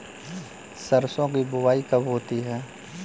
सरसों की बुआई कब होती है?